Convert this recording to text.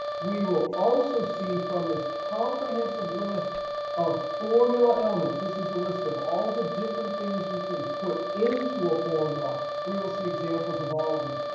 we will also see from this comprehensive list of formula elements this is a list of all the different things you can put into a formula, we will see examples of all these.